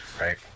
Right